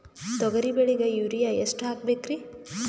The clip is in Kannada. ತೊಗರಿ ಬೆಳಿಗ ಯೂರಿಯಎಷ್ಟು ಹಾಕಬೇಕರಿ?